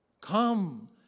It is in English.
come